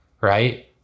right